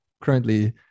currently